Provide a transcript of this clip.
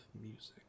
music